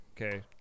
Okay